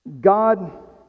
God